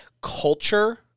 Culture